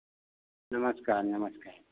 नमस्कार नमस्कार